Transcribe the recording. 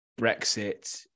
Brexit